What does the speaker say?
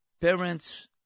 parents